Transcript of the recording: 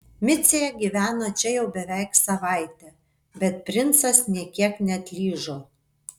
micė gyveno čia jau beveik savaitę bet princas nė kiek neatlyžo